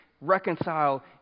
reconcile